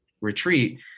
retreat